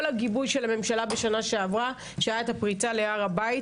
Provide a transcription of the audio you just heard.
הגיבוי של הממשלה בשנה עברה שהיה את הפריצה להר הבית